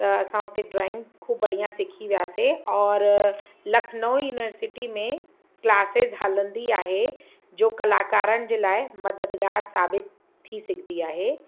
त असां उते ड्रॉइंग ख़ूब बढ़िया सिखी वियासीं और लखनऊ यूनिवर्सिटी में क्लासिस हलंदी आहे जो कलाकारनि जे लाइ मददगार साबित थी सघंदी आहे